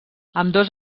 ambdós